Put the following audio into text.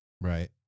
right